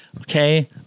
okay